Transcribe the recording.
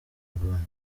burundi